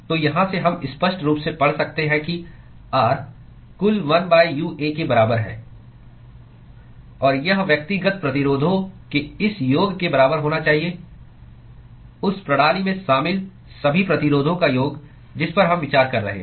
तो यहाँ से हम स्पष्ट रूप से पढ़ सकते हैं कि R कुल 1 UA के बराबर है और यह व्यक्तिगत प्रतिरोधों के इस योग के बराबर होना चाहिए उस प्रणाली में शामिल सभी प्रतिरोधों का योग जिस पर हम विचार कर रहे हैं